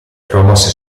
promosse